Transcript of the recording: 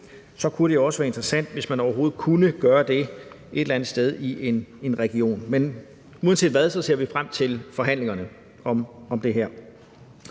så kunne det også være interessant, hvis man overhovedet kunne gøre det et eller andet sted i en region. Men uanset hvad, ser vi frem til forhandlingerne om det her.